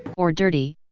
or dirty